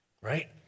right